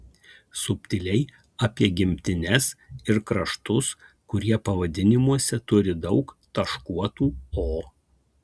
subtiliai apie gimtines ir kraštus kurie pavadinimuose turi daug taškuotų o